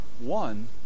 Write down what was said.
one